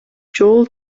жол